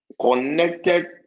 connected